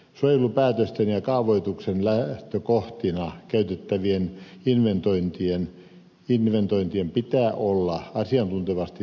suojelupäätösten ja kaavoituksen lähtökohtina käytettävien inventointien pitää olla asiantuntevasti tehtyjä